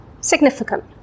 Significant